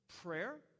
prayer